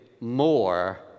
more